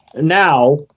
Now